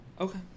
Okay